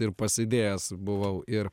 ir pasidėjęs buvau ir